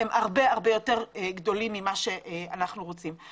היא הרבה יותר גדולה ממה שאנחנו רוצים.